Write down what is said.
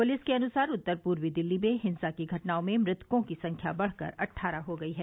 police के अनुसार उत्तर पूर्वी दिल्ली में हिंसा की घटनाओं में मृतकों की संख्या बढ़कर अट्ठारह हो गयी है